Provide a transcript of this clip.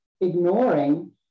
ignoring